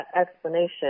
explanation